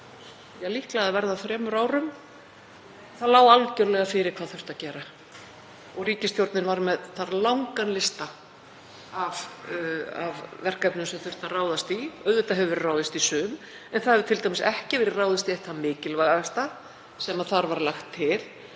líklega að verða þremur árum. Það lá algerlega fyrir hvað þurfti að gera og ríkisstjórnin var með langan lista af verkefnum sem þurfti að ráðast í. Auðvitað hefur verið ráðist í sum en það hefur t.d. ekki verið ráðist í eitt það mikilvægasta sem þar var lagt til